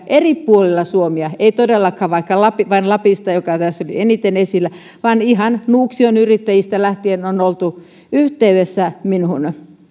eri puolilta suomea ei todellakaan vain lapista joka tässä oli eniten esillä vaan ihan nuuksion yrittäjistä lähtien on oltu yhteydessä minuun